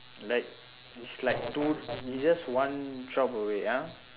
like it's like two is just one shop away ah